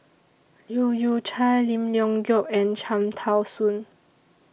Leu Yew Chye Lim Leong Geok and Cham Tao Soon